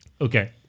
okay